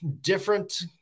different